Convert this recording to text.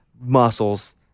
muscles